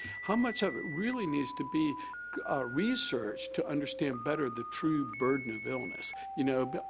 how much of it really needs to be researched to understand better the true burden of illness? you know,